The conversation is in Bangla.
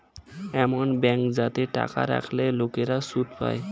এমন ব্যাঙ্ক যাতে টাকা রাখলে লোকেরা সুদ পায়